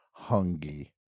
Hungy